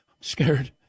scared